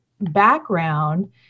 background